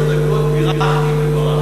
אני באתי לעשר דקות, בירכתי וברחתי.